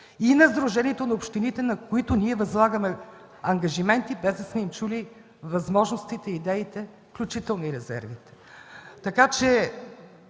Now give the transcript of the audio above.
и на Сдружението на общините, на които ние възлагаме ангажименти, без да сме им чули възможностите, идеите, включително и резервите,